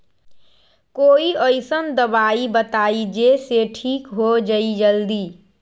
कोई अईसन दवाई बताई जे से ठीक हो जई जल्दी?